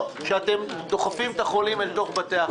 או שאתם דוחפים את החולים אל תוך בתי החולים?